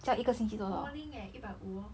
balling eh 一百五 lor